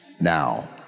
Now